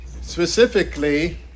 Specifically